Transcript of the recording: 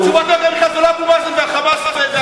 התשובה זה לא אבו מאזן וה"חמאס" והגרעין האיראני,